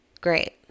Great